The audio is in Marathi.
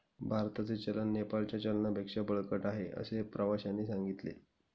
भारताचे चलन नेपाळच्या चलनापेक्षा बळकट आहे, असे प्रवाश्याने सांगितले